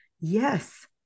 yes